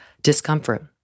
discomfort